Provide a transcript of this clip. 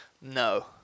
No